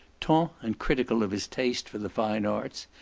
ton and critical of his taste for the fine arts,